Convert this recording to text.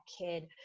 kid